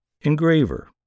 Engraver